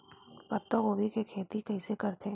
पत्तागोभी के खेती कइसे करथे?